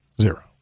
Zero